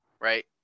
Right